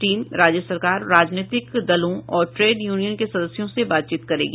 team राज्य सरकार राजनीतिक दलों और ट्रेड यूनियन के सदस्यों से बातचीत करेगी